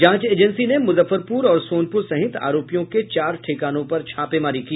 जांच एजेंसी ने मुजफ्फरपुर और सोनपुर सहित आरोपियों के चार ठिकानों पर छापेमारी की